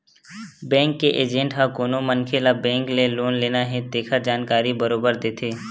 bank के agent ह कोनो मनखे ल बेंक ले लोन लेना हे तेखर जानकारी बरोबर देथे